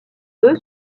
eux